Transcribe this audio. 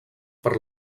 per